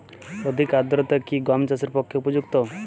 অধিক আর্দ্রতা কি গম চাষের পক্ষে উপযুক্ত?